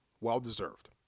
Well-deserved